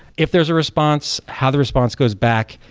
if there's a response, how the response goes back,